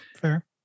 Fair